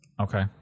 Okay